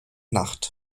nacht